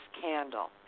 candle